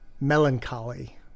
Melancholy